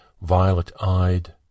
violet-eyed